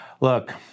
Look